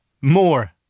More